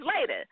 later